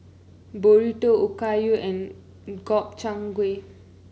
Burrito Okayu and Gobchang Gui